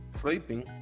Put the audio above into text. sleeping